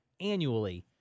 annually